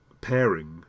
pairing